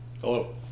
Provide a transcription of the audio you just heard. Hello